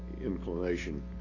inclination